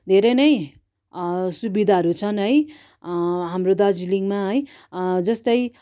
धेरै नै सुविधाहरू छन् है हाम्रो दार्जिलिङमा है जस्तै